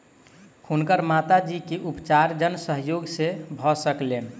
हुनकर माता जी के उपचार जन सहयोग से भ सकलैन